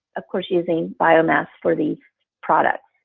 of course using biomass for the product?